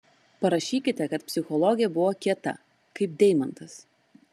parašykite kad psichologė buvo kieta kaip deimantas